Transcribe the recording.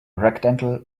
rectangle